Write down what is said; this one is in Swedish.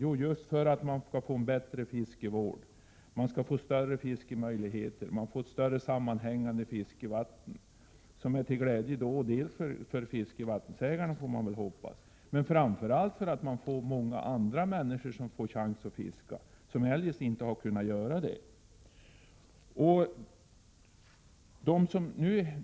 Jo, det är för att åstadkomma en bättre fiskevård, större fiskemöjligheter och större sammanhängande fiskevatten. Detta är till glädje för fiskevattensägarna, och framför allt ger det många andra människor, som eljest inte har kunnat fiska, möjlighet till det.